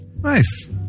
Nice